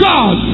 God